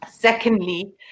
Secondly